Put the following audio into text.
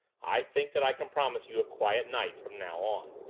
i think that i can promise you a quiet night from now on.